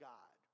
God